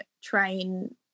train